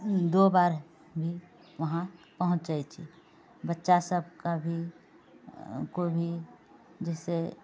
दो बार भी वहाँ पहुँचै छी बच्चा सबके भी कोइभी जइसे